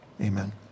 Amen